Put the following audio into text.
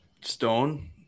Stone